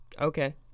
Okay